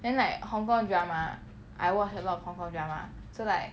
then like hong kong drama I watch a lot of hong kong drama so like